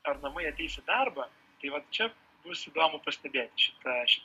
ar namai ateis į darbą tai vat čia bus įdomu pastebėti šitą šitą